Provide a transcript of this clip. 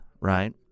right